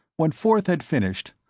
when forth had finished,